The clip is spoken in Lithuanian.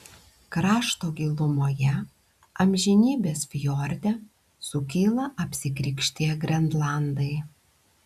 krašto gilumoje amžinybės fjorde sukyla apsikrikštiję grenlandai